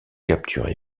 capturé